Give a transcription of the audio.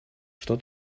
что